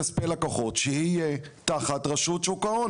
שהוא תחת רשות שוק ההון.